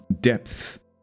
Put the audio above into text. depth